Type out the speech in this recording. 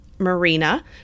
Marina